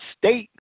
state